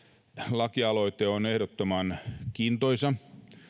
lakialoite on ehdottoman kiintoisa